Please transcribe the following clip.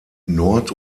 nord